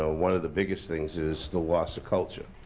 ah one of the biggest things is the loss of culture.